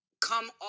come